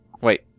Wait